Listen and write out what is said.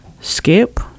Skip